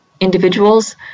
individuals